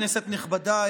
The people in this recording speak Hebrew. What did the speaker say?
כנסת נכבדה,